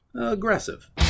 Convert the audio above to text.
Aggressive